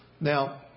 Now